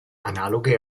analoghe